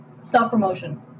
self-promotion